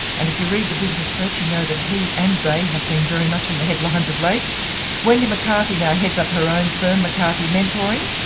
and if you read the business press you know that he and they have been very much in the headlines of late wendy mccarthy now heads up her own firm, mccarthy mentoring,